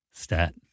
Stat